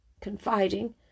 confiding—